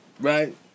right